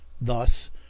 thus